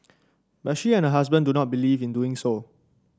but she and her husband do not believe in doing so